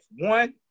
One